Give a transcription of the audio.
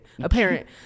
apparent